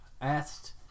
asked